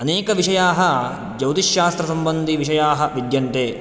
अनेकविषयाः ज्यौतिश्शास्त्रसम्बन्धिविषयाः विद्यन्ते